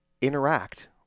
interact